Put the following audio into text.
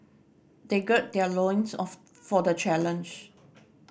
they gird their loins of for the challenge